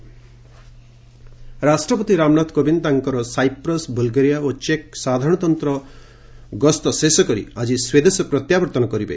president ରାଷ୍ଟ୍ରପତି ରାମନାଥ କୋବିନ୍ଦ ତାଙ୍କର Cyprus Bulgaria ଓ ଚେକ୍ ସାଧାରଣତନ୍ତ୍ର ଗସ୍ତ ଶେଷ କରି ଆଜି ସ୍ୱଦେଶ ପ୍ରତ୍ୟାବର୍ତ୍ତନ କରିବେ